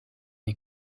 les